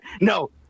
No